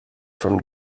from